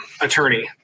attorney